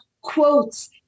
quotes